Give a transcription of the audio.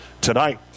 tonight